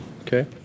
Okay